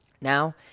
Now